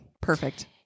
Perfect